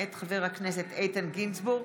מאת חברי הכנסת איתן גינזבורג,